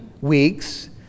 weeks